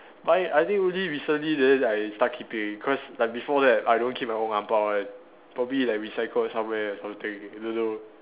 my I think only recently then I start keeping because like before that I don't keep my own ang bao one probably like recycling somewhere or something I don't know